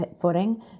footing